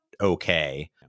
Okay